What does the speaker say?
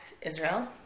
Israel